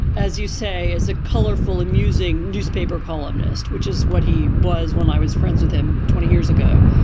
as you say, is a colorful, amusing newspaper columnist, which is what he was when i was friends with him twenty years ago.